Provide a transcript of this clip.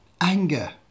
anger